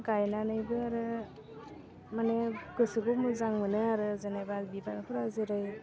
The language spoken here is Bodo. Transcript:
गायनानैबो आरो माने गोसोखौ मोजां मोनो आरो जेनेबा बिबारफोरा जेरै